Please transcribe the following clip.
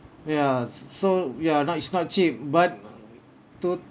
ya s~ so ya not it's not cheap but to